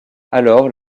alors